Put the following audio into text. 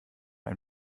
ein